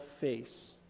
face